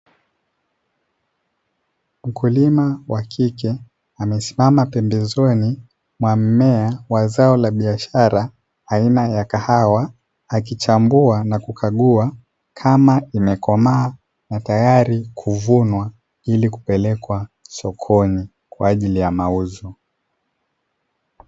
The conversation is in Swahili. Mkulima wa kike amesimama pembezoni mwa mmea wa zao la biashara aina ya kahawa, akichambua na kukagua kama imekomaa na tayari kuvunwa ili kupelekwa sokoni kwa ajili ya mauzo.